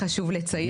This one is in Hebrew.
אז זה חשוב לציין.